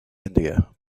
india